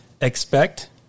expect